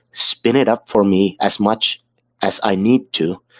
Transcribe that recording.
spin it up for me as much as i need to,